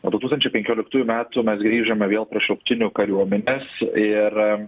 nuo du tūkstančiai penkioliktųjų metų mes grįžome vėl prie šauktinių kariuomenės ir